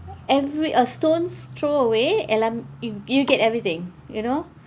every a stone's throw away எல்லாம்:ellaam you you get everything you know